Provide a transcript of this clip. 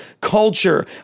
culture